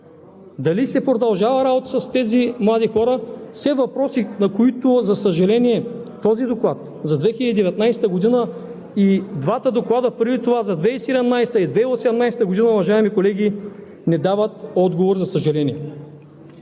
дали се продължава работата с тези млади хора? Все въпроси, на които този доклад за 2019 г. и двата доклада преди това – за 2017-а и 2018 г., уважаеми колеги, не дават отговор, за съжаление.